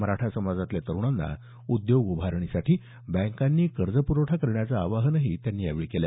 मराठा समाजातल्या तरुणांना उद्योग उभारणीसाठी बँकांनी कर्जप्रवठा करण्याचं आवाहनही त्यांनी यावेळी केलं